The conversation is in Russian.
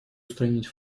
устранить